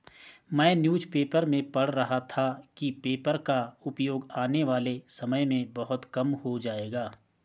मैं newspaper में पढ़ रहा था कि पेपर का उपयोग आने वाले समय में बहुत कम हो जाएगा